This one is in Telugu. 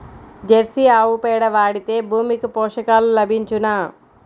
జెర్సీ ఆవు పేడ వాడితే భూమికి పోషకాలు లభించునా?